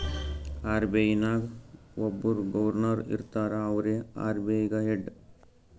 RBI ನಾಗ್ ಒಬ್ಬುರ್ governor ಇರ್ತಾರ ಅವ್ರೇ ಆರ್.ಬಿ.ಐ ಗ ಹೆಡ್